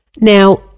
Now